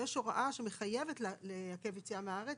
ויש הוראה שמחייבת לעכב יציאה מן הארץ,